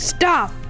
Stop